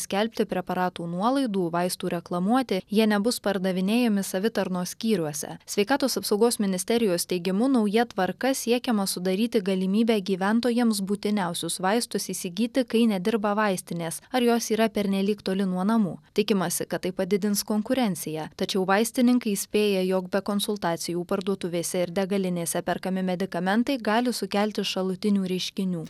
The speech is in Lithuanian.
skelbti preparatų nuolaidų vaistų reklamuoti jie nebus pardavinėjami savitarnos skyriuose sveikatos apsaugos ministerijos teigimu nauja tvarka siekiama sudaryti galimybę gyventojams būtiniausius vaistus įsigyti kai nedirba vaistinės ar jos yra pernelyg toli nuo namų tikimasi kad tai padidins konkurenciją tačiau vaistininkai įspėja jog be konsultacijų parduotuvėse ir degalinėse perkami medikamentai gali sukelti šalutinių reiškinių